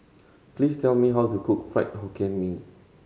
please tell me how to cook Fried Hokkien Mee